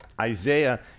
Isaiah